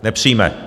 Nepřijme.